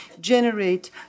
generate